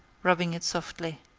rubbing it softly.